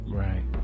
right